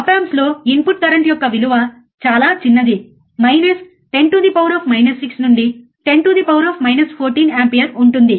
ఆప్ amps లో input current యొక్క విలువ చాలా చిన్నది మైనస్ 10 6 నుండి 10 14 ఆంపియర్ ఉంటుంది